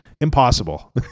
impossible